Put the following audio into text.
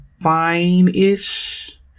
fine-ish